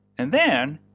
and then,